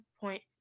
point